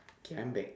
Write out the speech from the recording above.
okay I'm back